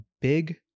big